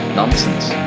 nonsense